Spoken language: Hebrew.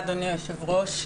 אדוני היושב-ראש.